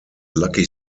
lucky